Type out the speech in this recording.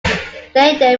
then